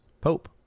Pope